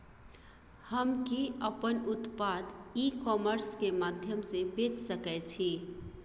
कि हम अपन उत्पाद ई कॉमर्स के माध्यम से बेच सकै छी?